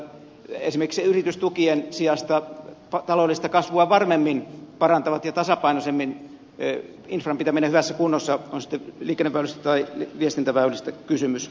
esimerkiksi yritystukien sijasta taloudellista kasvua varmemmin ja tasapainoisemmin parantaa infran pitäminen hyvässä kunnossa on sitten liikenneväylistä tai viestintäväylistä kysymys